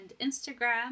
Instagram